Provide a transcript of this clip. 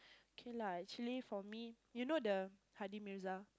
kay lah actually for me you know the